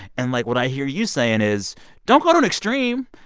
and, like, what i hear you saying is don't go to an extreme.